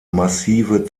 massive